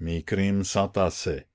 mes crimes s'entassaient